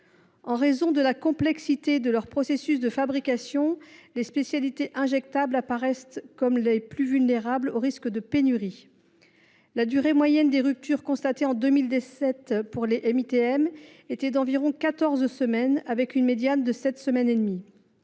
En raison de la complexité de leur processus de fabrication, les spécialités injectables sont les plus vulnérables au risque de pénurie. La durée moyenne des ruptures constatées en 2017 pour les MITM était d’environ quatorze semaines, la médiane s’établissant à sept semaines et demie.